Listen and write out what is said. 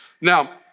Now